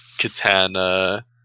katana